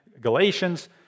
Galatians